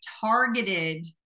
targeted